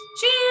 cheers